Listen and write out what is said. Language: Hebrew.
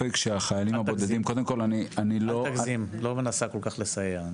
לא מנסה כל כך לסייע.